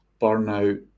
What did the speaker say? Burnout